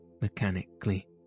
mechanically